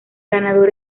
ganador